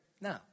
No